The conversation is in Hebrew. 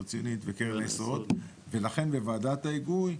הסתדרות ציונית וקרן היסוד ולכן בוועדת ההיגוי,